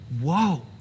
whoa